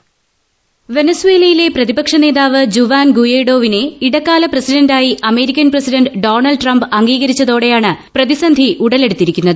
voice വെനസ്വേലയിലെ പ്രതിപക്ഷ നേതാവ് ജുവാൻ ഗുയെഡോവിനെ ഇടക്കാല പ്രസിഡന്റായി അമേരിക്കൻ പ്രസിഡന്റ് ഡോണാൾഡ് ട്രംപ് അംഗീകരിച്ചതോടെയാണ് പ്രതിസന്ധി ഉടലെടുത്തിരിക്കുന്നത്